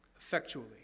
effectually